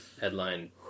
headline